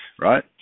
right